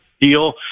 deal